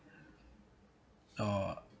or